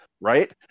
Right